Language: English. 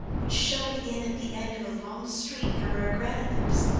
which shone in at the end of a long street near where grannie lives.